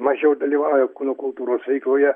mažiau dalyvauja kūno kultūros veikloje